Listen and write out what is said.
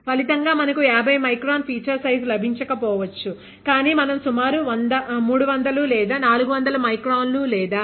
ఫలితంగా మనకు 50 micron feature size లభించకపోవచ్చు కానీ మనం సుమారు 300 400 మైక్రాన్లు లేదా 0